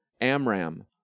Amram